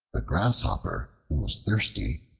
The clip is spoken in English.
the grasshopper, who was thirsty,